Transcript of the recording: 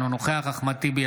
אינו נוכח אחמד טיבי,